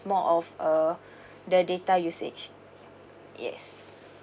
more of uh the data usage yes